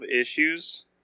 issues